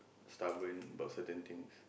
stubborn about certain things